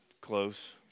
Close